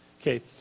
Okay